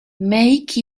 make